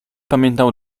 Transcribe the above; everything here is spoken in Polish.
pamiętał